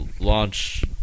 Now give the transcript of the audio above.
launch